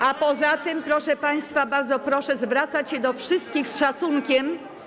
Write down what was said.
A poza tym, proszę państwa, bardzo proszę zwracać się do wszystkich z szacunkiem.